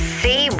see